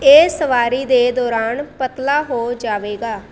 ਇਹ ਸਵਾਰੀ ਦੇ ਦੌਰਾਨ ਪਤਲਾ ਹੋ ਜਾਵੇਗਾ